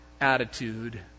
attitude